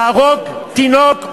להרוג תינוק,